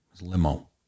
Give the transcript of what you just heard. limo